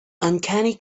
uncanny